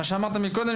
מה שאמרת מקודם,